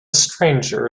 stranger